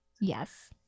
Yes